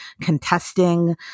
contesting